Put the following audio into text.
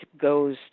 goes